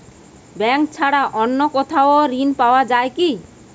Bank ছাড়া অন্য কোথাও ঋণ পাওয়া যায় কি?